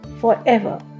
forever